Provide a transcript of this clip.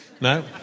No